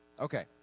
Okay